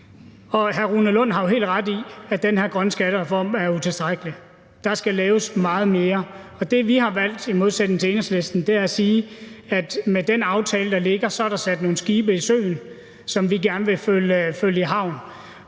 Hr. Rune Lund har jo helt ret i, at den her grønne skattereform er utilstrækkelig. Der skal laves meget mere, og det, vi har valgt, i modsætning til Enhedslisten, er at sige, at med den aftale, der ligger, er der sat nogle skibe i søen, som vi gerne vil følge i havn.